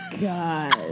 god